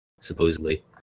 supposedly